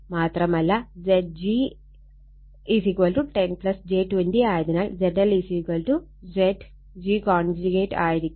മാത്രമല്ല Zg 10 j 20 ആയതിനാൽ ZLZg ആയിരിക്കും